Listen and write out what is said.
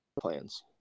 plans